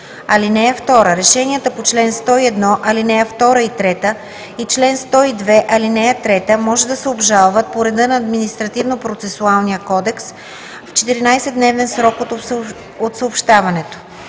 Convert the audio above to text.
(2) Решенията по чл. 101, ал. 2 и 3 и чл. 102, ал. 3 може да се обжалват по реда на Административнопроцесуалния кодекс в 14-дневен срок от съобщаването.